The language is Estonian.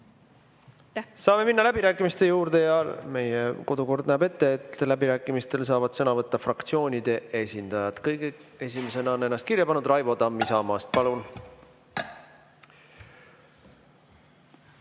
Saame minna läbirääkimiste juurde. Meie kodukord näeb ette, et läbirääkimistel saavad sõna võtta fraktsioonide esindajad. Kõige esimesena on ennast kirja pannud Raivo Tamm Isamaast. Palun!